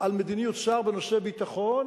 על מדיניות שר בנושא ביטחון,